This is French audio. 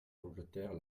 l’angleterre